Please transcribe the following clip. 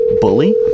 Bully